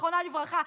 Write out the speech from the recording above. זיכרונה לברכה,